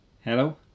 Hello